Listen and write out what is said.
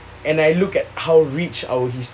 and I look at how rich our history